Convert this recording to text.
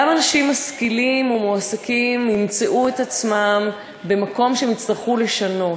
גם אנשים משכילים ומועסקים ימצאו את עצמם במקום שהם יצטרכו לשנות,